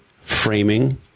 framing